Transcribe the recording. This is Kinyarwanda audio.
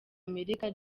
amerika